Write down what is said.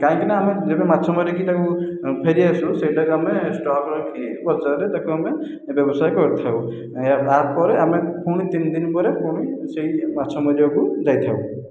କାହିଁକିନା ଆମେ ଯେବେ ମାଛ ମାରିକି ତାକୁ ଫେରି ଆସୁ ସେଇଟାକୁ ଆମେ ଷ୍ଟକ୍ ରଖି ବଜାରରେ ତାକୁ ଆମେ ବ୍ୟବସାୟ କରିଥାଉ ଏହା ଆ ପରେ ଆମେ ଫୁଣି ତିନି ଦିନି ପରେ ପୁଣି ସେଇ ମାଛ ମାରିବାକୁ ଯାଇଥାଉ